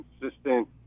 consistent